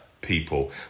people